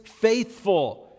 faithful